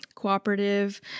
Cooperative